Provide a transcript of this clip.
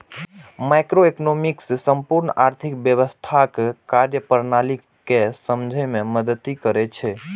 microeconomics संपूर्ण आर्थिक व्यवस्थाक कार्यप्रणाली कें समझै मे मदति करै छै